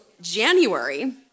January